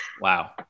Wow